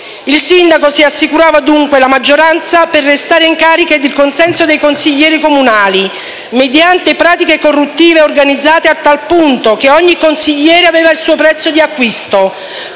Il sindaco si assicurava, dunque, la maggioranza per restare in carica e il consenso dei consiglieri comunali, mediante pratiche corruttive organizzate a tal punto che ogni consigliere aveva il suo prezzo di acquisto,